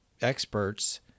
experts